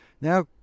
now